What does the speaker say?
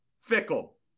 fickle